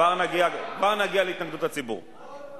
כבר נגיע להתנגדות הציבור.